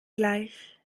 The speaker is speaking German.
gleich